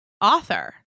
author